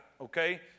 okay